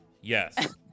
yes